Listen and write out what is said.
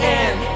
end